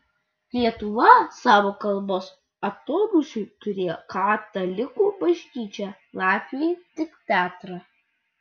lietuva savo kalbos atodūsiui turėjo katalikų bažnyčią latviai tik teatrą